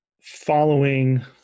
following